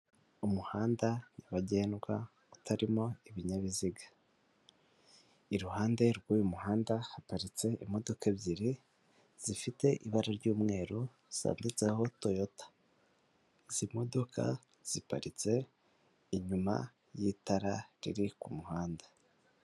Umuhanda nyabagendwa utarimo ibinyabiziga. Iruhande rw'uyu muhanda haparitse imodoka ebyiri, zifite ibara ry'umweru, zaditseho toyota. Izi modoka ziparitse inyuma y'itara riri kumuhanda.